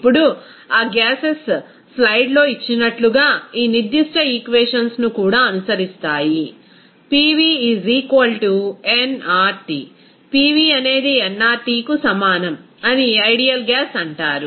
ఇప్పుడు ఆ గ్యాసెస్ స్లయిడ్లో ఇచ్చినట్లుగా ఈ నిర్దిష్ట ఈక్వేషన్స్ ను కూడా అనుసరిస్తాయి పివి అనేది ఎన్ఆర్టికి సమానం అని ఐడియల్ గ్యాస్ అంటారు